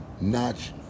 notch